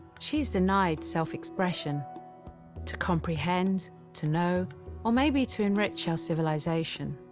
she's denied self-expression to comprehend, to know or maybe to enrich our civilization.